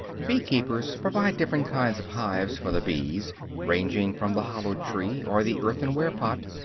bee-keepers provide different kinds of hives for the bees, ranging from the hollow tree, or the earthenware pot,